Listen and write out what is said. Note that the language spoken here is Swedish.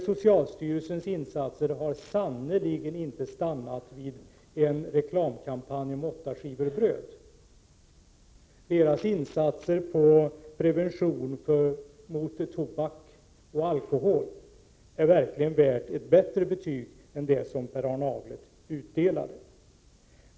Socialstyrelsens insatser har sannerligen inte stannat vid en reklamkampanj för åtta skivor bröd. Dess insatser för prevention mot användande av tobak och alkohol är värd ett bättre betyg än det som Per Arne Aglert utdelade.